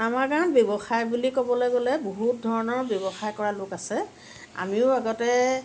আমাৰ গাঁৱত ব্যৱসায় বুলি ক'বলৈ গ'লে বহুত ধৰণৰ ব্যৱসায় কৰা লোক আছে আমিও আগতে